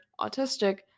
autistic